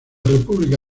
república